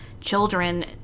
children